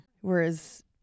Whereas